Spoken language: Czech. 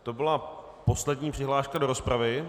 To byla poslední přihláška do rozpravy.